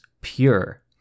pure